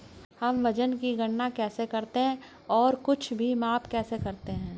हम वजन की गणना कैसे करते हैं और कुछ माप कैसे करते हैं?